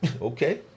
Okay